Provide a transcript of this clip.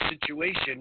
situation